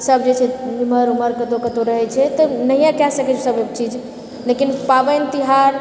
सब जे छै इमहर उमहर कतहुँ कतहुँ रहै छै तऽ नहिये कए सकै छै सबचीज लेकिन पाबनि तिहार